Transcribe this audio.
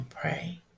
pray